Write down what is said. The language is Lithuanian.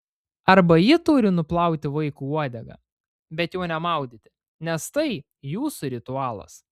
arba ji turi nuplauti vaikui uodegą bet jo nemaudyti nes tai jūsų ritualas